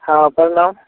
हँ परनाम